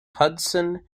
hudson